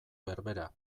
berbera